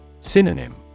Synonym